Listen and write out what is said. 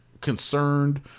concerned